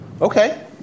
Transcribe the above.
Okay